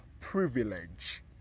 privilege